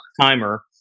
timer